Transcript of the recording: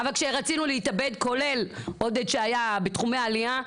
אבל כשרצינו להתאבד כולל עודד שהיה בתחומי עלייה,